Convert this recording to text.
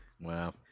Wow